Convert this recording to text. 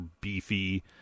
beefy